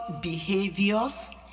behaviors